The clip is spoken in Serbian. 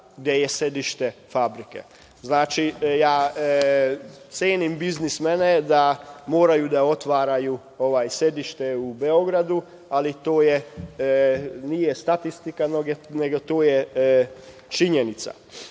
gde je sedište fabrike. Znači, ja cenim biznismene da moraju da otvaraju sedište u Beogradu, ali to nije statistika, nego je to činjenica. Mi